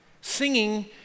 Singing